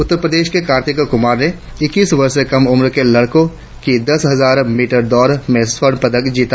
उत्तरप्रदेश के कार्तिक कुमार ने इक्कीस वर्ष से कम उम्र के लड़कों की दस हजार मीटर दौड़ में स्वर्ण पदक जीता